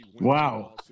Wow